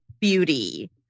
beauty